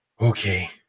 okay